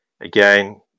again